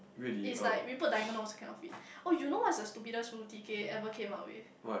it's like you put also cannot fit oh you know what is the stupidest rule T_K ever came out with